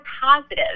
positive